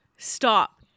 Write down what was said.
Stop